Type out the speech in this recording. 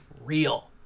real